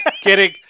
Kidding